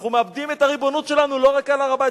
אנחנו מאבדים את הריבונות שלנו לא רק על הר-הבית,